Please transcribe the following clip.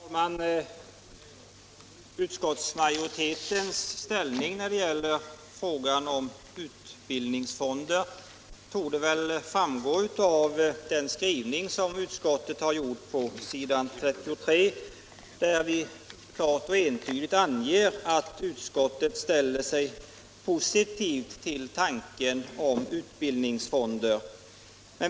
Herr talman! Utskottsmajoritetens ställningstagande när det gäller utbildningsfonder framgår av den skrivning som utskottet gjort på s. 33, där vi klart och entydigt anger att utskottet ställer sig positivt till tanken på utbildningsfonder.